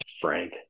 frank